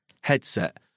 headset